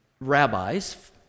rabbis